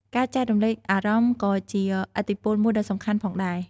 ការចែករំលែកអារម្មណ៍ក៏ជាឥទ្ធិពលមួយដ៏សំខាន់ផងដែរ។